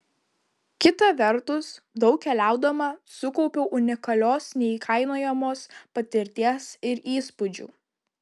kita vertus daug keliaudama sukaupiau unikalios neįkainojamos patirties ir įspūdžių